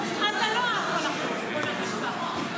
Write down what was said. אתה לא עף על החוק, בוא נגיד ככה.